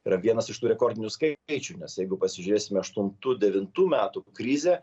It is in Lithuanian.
yra vienas iš tų rekordinių skaičių nes jeigu pasižiūrėsime aštuntų devintų metų krizę